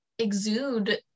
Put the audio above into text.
exude